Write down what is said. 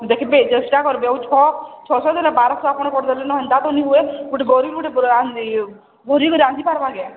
ଦେଖିବେ ଚେଷ୍ଟା କରିବେ ଆଉ ଛଅ ଛଅଶହ ଦେଲେ ବାରଶହ ଆପଣ କରିଦେଲେନ ହେନ୍ତା ତା ତ ନାଇଁ ହୁଏ ଗୋଟେ ଗରିବ ଗୋଟେ ଗରିବେ ରାନ୍ଧି ପାରବା କେଁ